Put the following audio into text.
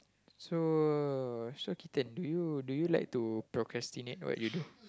so so kitten do you do you like to procrastinate what you do